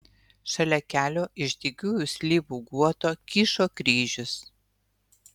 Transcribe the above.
šalia kelio iš dygiųjų slyvų guoto kyšo kryžius